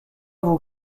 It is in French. vous